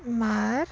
ਮਾਰ